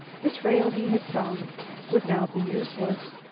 the trail he had found would now be useless.